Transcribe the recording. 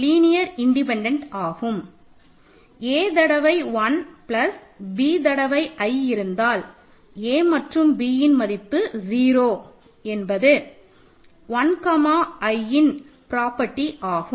a தடவை 1 plus b தடவை i இருந்தால் a மற்றும் b இன் மதிப்பு 0 என்பது 1 கமா iன் ப்ராப்பர்ட்டி ஆகும்